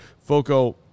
FOCO